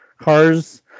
cars